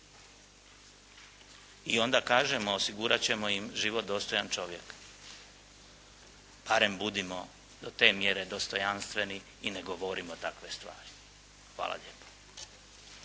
I onda kažemo osigurati ćemo im život dostojan čovjeka, barem budimo do te mjere dostojanstveni i ne govorimo takve stvari. Hvala lijepo.